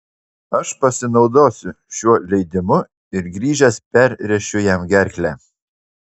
aš pasinaudosiu šiuo leidimu ir grįžęs perrėšiu jam gerklę